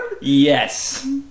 yes